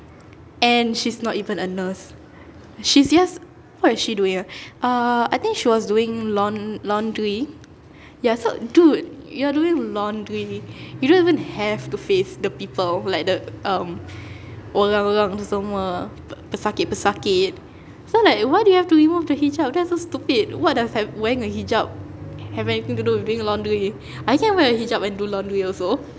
and she's not even a nurse she's just what is she doing ah uh I think she was doing laun~ laundry ya so dude you are doing laundry you don't even have to face the people like the um orang-orang semua pesakit-pesakit so like why do you have to remove the hijab that's so stupid what does have wearing a hijab have anything to do with doing laundry I can wear a hijab and do laundry also